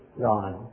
God